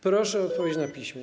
Proszę o odpowiedź na piśmie.